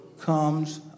comes